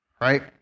right